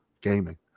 gaming